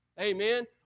Amen